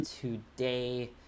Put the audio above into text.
today